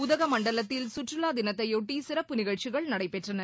உதகமண்டலத்தில் சுற்றுவா தினத்தையொட்டி சிறப்பு நிகழ்ச்சிகள் நடைபெற்றன